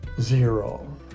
zero